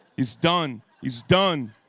he's done, he's done.